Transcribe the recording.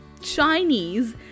Chinese